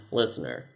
listener